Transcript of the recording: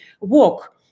Walk